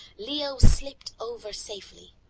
leo slipped over safely,